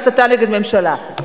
והסתה נגד ממשלה,